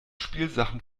spielsachen